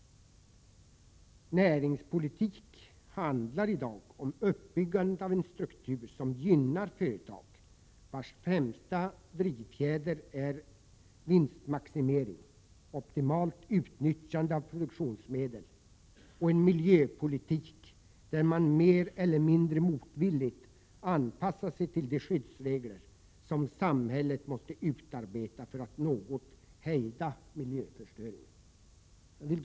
Näringspolitik handlar i dag om uppbyggandet av en struktur som gynnar företag, vars främsta drivfjäder är vinstmaximering, optimalt utnyttjande av produktionsmedel och en miljöpolitik där man mer eller mindre motvilligt anpassar sig till de skyddsregler som samhället måste utarbeta för att något hejda miljöförstöringen.